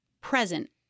present